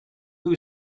who